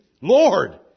Lord